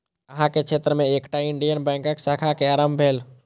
अहाँ के क्षेत्र में एकटा इंडियन बैंकक शाखा के आरम्भ भेल